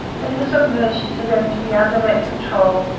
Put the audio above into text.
and it is a mercy to them to be under that control,